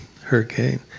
hurricane